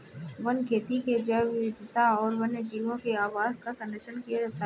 one खेती से जैव विविधता और वन्यजीवों के आवास का सरंक्षण किया जाता है